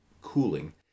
cooling